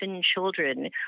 children